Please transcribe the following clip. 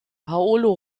paolo